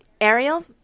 Ariel